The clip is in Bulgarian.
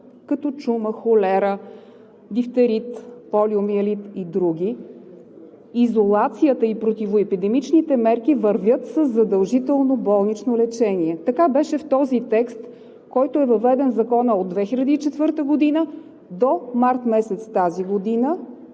като чума, холера, дифтерит, полиомелит и други и изолацията и противоепидемичните мерки вървят със задължително болнично лечение. Така беше в този текст, който е въведен в Закона от 2004 г. до месец март тази година,